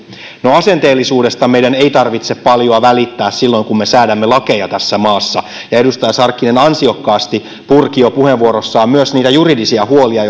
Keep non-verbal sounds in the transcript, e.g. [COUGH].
no asenteellisuudesta meidän ei tarvitse paljoa välittää silloin kun me säädämme lakeja tässä maassa ja edustaja sarkkinen ansiokkaasti jo purki puheenvuorossaan myös niitä juridisia huolia [UNINTELLIGIBLE]